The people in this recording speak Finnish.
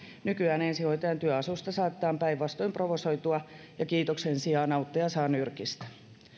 nykyään ensihoitajan työasusta saatetaan päinvastoin provosoitua ja kiitoksen sijaan auttaja saa nyrkistä